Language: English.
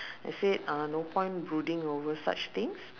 I said uh no point brooding over such things